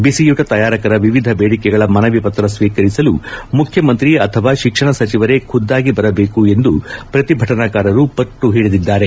ಬಿಸಿಯೂಟ ತಯಾರಕರ ವಿವಿಧ ಬೇಡಿಕೆಗಳ ಮನವಿ ಪತ್ರ ಸ್ವೀಕರಿಸಲು ಮುಖ್ಯಮಂತ್ರಿ ಅಥವಾ ಶಿಕ್ಷಣ ಸಚಿವರೇ ಖುದ್ದಾಗಿ ಬರಬೇಕು ಎಂದು ಪ್ರತಿಭಟನಾಕಾರರು ಪಟ್ಟುಹಿಡಿದಿದ್ದಾರೆ